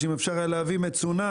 שאם אפשר היה להביא מצונן,